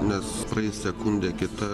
nes praeis sekundė kita